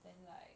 then like